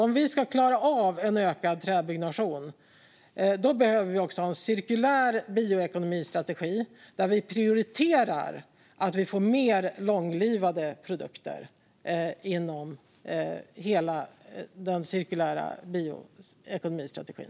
Om vi ska klara av en ökad träbyggnation behöver vi ha en cirkulär bioekonomistrategi där vi prioriterar att få mer långlivade produkter inom hela den cirkulära bioekonomistrategin.